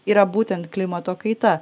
yra būtent klimato kaita